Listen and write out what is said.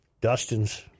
Dustin's